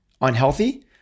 unhealthy